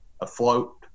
afloat